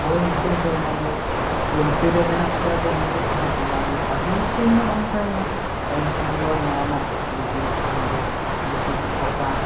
ᱦᱳᱭ ᱱᱤᱛᱳᱜ ᱫᱚ ᱚᱱᱟᱫᱚ ᱪᱚᱞᱛᱤ ᱨᱮ ᱢᱮᱱᱟᱜ ᱛᱮ ᱟᱫᱚ ᱱᱤᱛᱳᱜ ᱫᱚ ᱦᱟᱸᱜ ᱚᱱᱟ ᱜᱮ ᱯᱟᱹᱦᱤᱞ ᱥᱮᱱ ᱫᱚ ᱵᱟᱝ ᱛᱟᱦᱮᱸᱞᱮᱱᱟ ᱯᱟᱦᱤᱞ ᱥᱮᱱ ᱫᱚ ᱱᱟᱣᱟᱱᱟᱜ ᱞᱩᱜᱽᱲᱤᱡ ᱠᱷᱟᱱ ᱜᱮ ᱵᱤᱥᱤᱨ ᱵᱷᱟᱜᱽ ᱥᱟᱥᱟᱝ